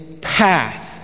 path